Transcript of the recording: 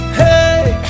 hey